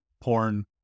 porn